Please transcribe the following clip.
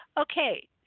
Okay